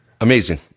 Amazing